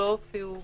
לא הופיעו